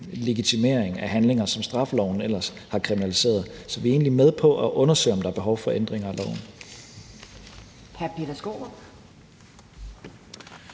legitimering af handlinger, som straffeloven ellers har kriminaliseret. Så vi er egentlig med på at undersøge, om der er behov for ændringer af loven.